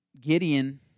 Gideon